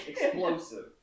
explosive